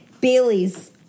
Bailey's